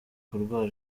kurwara